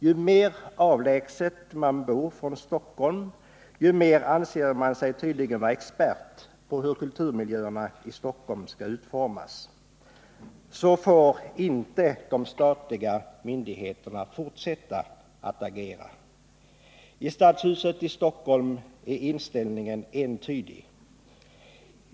Ju mer avlägset man bor från Stockholm, desto mer anser man sig tydligen vara expert på hur kulturmiljöerna i Stockholm skall utformas. Så får inte de statliga myndigheterna fortsätta att agera. I stadshuset i Stockholm är inställningen entydig.